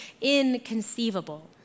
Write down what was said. inconceivable